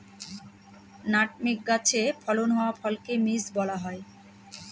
nutmeg গাছে ফলন হওয়া ফলকে মেস বলা হয়